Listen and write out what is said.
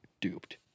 duped